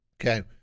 okay